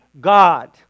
God